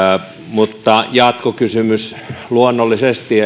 mutta jatkokysymys luonnollisesti